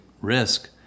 risk